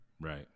Right